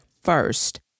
first